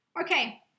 Okay